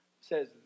says